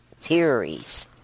theories